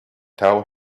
tell